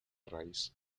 raíz